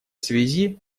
связи